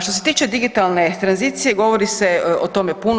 Što se tiče digitalne tranzicije, govori se o tome puno.